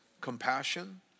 Compassion